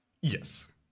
Yes